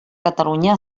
catalunya